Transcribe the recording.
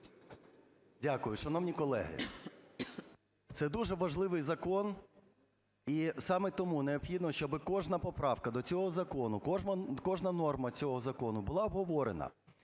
Дякую. Шановні колеги, це дуже важливий закон і саме тому необхідно, щоби кожна поправка до цього закону, кожна норма цього закону була обговорена.